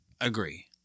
Agree